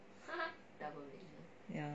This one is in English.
ya